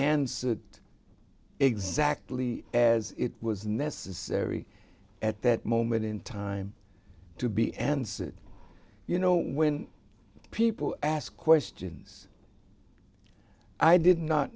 and it exactly as it was necessary at that moment in time to be answered you know when people ask questions i did not